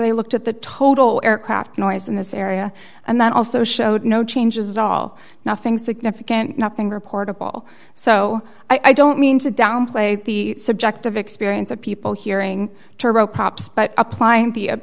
they looked at the total aircraft noise in this area and that also showed no changes at all nothing significant nothing reportable so i don't mean to downplay the subjective experience of people hearing turboprops but applying the